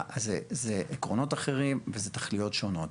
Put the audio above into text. זה עקרונות אחרים וזה תכליות שונות.